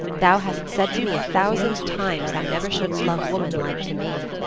thou hast said to me a thousand times thou never shouldst love woman like to me.